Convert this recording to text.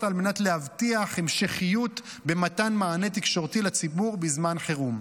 וזאת על מנת להבטיח המשכיות במתן מענה תקשורתי לציבור בזמן חירום.